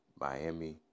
Miami